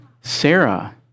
Sarah